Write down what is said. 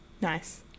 Nice